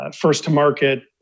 first-to-market